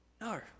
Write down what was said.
No